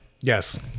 Yes